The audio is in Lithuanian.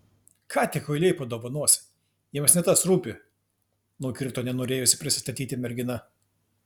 ką tie kuiliai padovanos jiems ne tas rūpi nukirto nenorėjusi prisistatyti mergina